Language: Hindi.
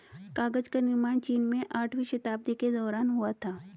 कागज का निर्माण चीन में आठवीं शताब्दी के दौरान हुआ था